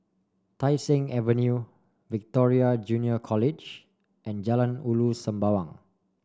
Tai Seng Avenue Victoria Junior College and Jalan Ulu Sembawang